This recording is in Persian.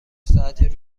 ساعت